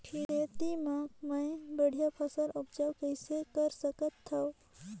खेती म मै बढ़िया फसल उपजाऊ कइसे कर सकत थव?